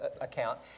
account